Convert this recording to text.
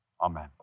amen